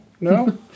No